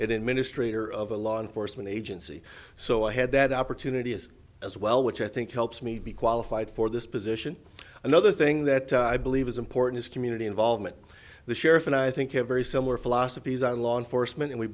in ministry or of a law enforcement agency so i had that opportunity is as well which i think helps me be qualified for this position another thing that i believe is important is community involvement the sheriff and i think have very similar philosophies on law enforcement and we